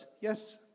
yes